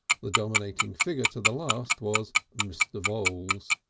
the dominating figure to the last was mr. voules.